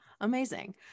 Amazing